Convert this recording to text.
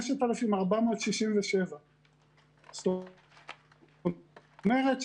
5,467. זאת אומרת,